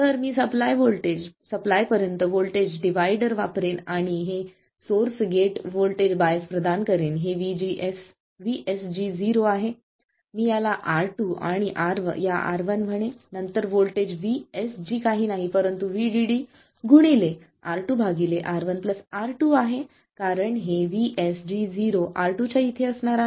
तर मी सप्लाय पर्यंत व्होल्टेज व्होल्टेज डिव्हायडर वापरेन आणि हे सोर्स गेट व्होल्टेज बायस प्रदान करेन हे VSG0 आहे मी याला R2 आणि या R1 म्हणेन नंतर व्होल्टेज V SG काही नाही परंतु VDD R2 R1 R2 आहे कारण हे VSG0 R2 च्या इथे आहे